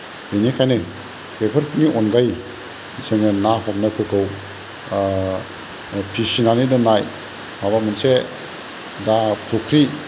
बिनिखायनो बेफोरनि अनगायै जोङो ना हमनायफोरखौ फिसिनानै दोननाय माबा मोनसे दा फुख्रि